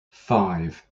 five